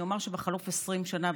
אני אומר שבחלוף 20 שנה,